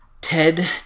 Ted